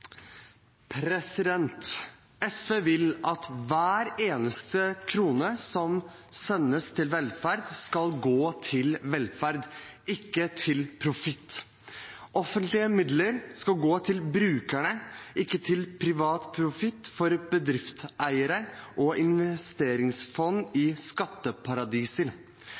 til. SV vil at hver eneste krone som sendes til velferd, skal gå til velferd, ikke til profitt. Offentlige midler skal gå til brukerne, ikke til privat profitt for bedriftseiere og investeringsfond i skatteparadiser.